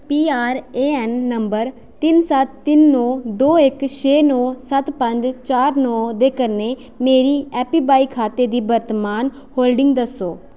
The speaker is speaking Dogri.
पीआरएऐन्न नंबर तिन्न सत्त तिन्न नौ दो इक छे नौ सत्त पंज चार नौ दे कन्नै मेरे ऐपीवाई खाते दी वर्तमान होल्डिंग दस्सो